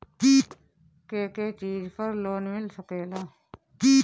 के के चीज पर लोन मिल सकेला?